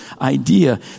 idea